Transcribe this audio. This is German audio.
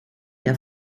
der